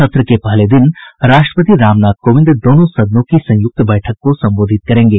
सत्र के पहले दिन राष्ट्रपति रामनाथ कोविंद दोनों सदनों की संयुक्त बैठक को संबोधित करेंगे